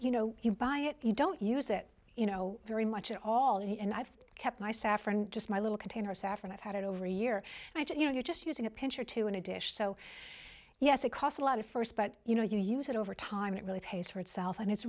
you know you buy it you don't use it you know very much at all and i've kept my saffron just my little container saffron i've had it over a year and i just you know you're just using a pinch or two in a dish so yes it costs a lot of first but you know you use it over time it really pays for itself and it's